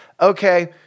okay